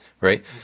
right